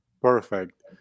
Perfect